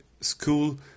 school